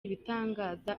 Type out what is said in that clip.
ibitangaza